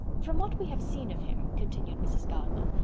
from what we have seen of him, continued mrs. gardiner,